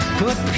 put